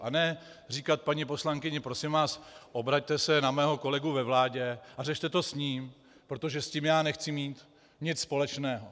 A ne říkat paní poslankyni: Prosím vás, obraťte se na mého kolegu ve vládě a řešte to s ním, protože s tím já nechci mít nic společného.